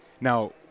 Now